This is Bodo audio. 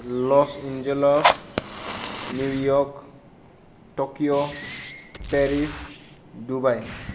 loss Angeles New York Tokyo Paris Dubai